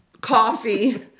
coffee